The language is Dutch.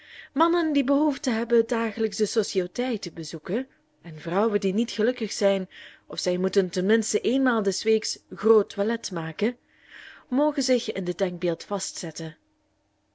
mannen die behoefte hebben dagelijks de sociëteit te bezoeken en vrouwen die niet gelukkig zijn of zij moeten ten minsten eenmaal des weeks groot toilet maken mogen zich in dit denkbeeld vastzetten